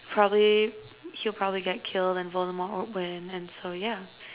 probably he'll probably get killed and Voldemort would win and so yeah